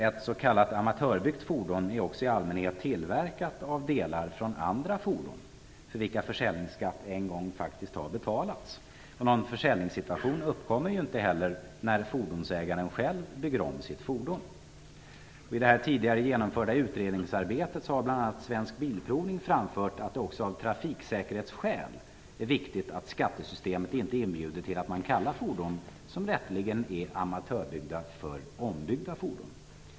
Ett s.k. amatörbyggt fordon är också i allmänhet tillverkat av delar från andra fordon, för vilka försäljningsskatt faktiskt en gång har betalats. Någon försäljningssituation uppstår inte heller om fordonsägaren själv bygger om sitt fordon. I det tidigare utredningsarbetet har bl.a. AB Svensk Bilprovning framfört att det också av trafiksäkerhetsskäl är viktigt att skattesystemet inte inbjuder till att man kallar fordon som rätteligen är amatörbyggda för ombyggda fordon.